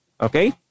Okay